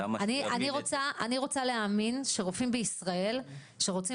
אני רוצה להאמין שרופאים בישראל שרוצים